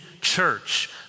church